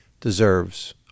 deserves